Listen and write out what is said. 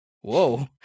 Whoa